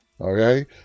Okay